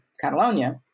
Catalonia